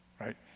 right